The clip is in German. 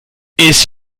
ist